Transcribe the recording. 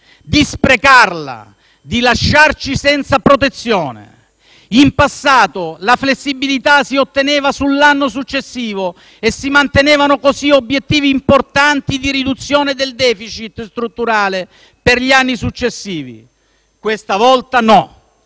di sprecarla, di lasciarci senza protezione. In passato la flessibilità si otteneva sull'anno successivo e si mantenevano così obiettivi importanti di riduzione del *deficit* strutturale per gli anni successivi. Questa volta no: